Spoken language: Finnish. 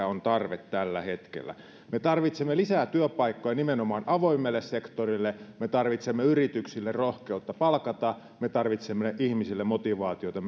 on tarve tällä hetkellä me tarvitsemme lisää työpaikkoja nimenomaan avoimelle sektorille me tarvitsemme yrityksille rohkeutta palkata me tarvitsemme ihmisille motivaatiota